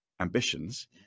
ambitions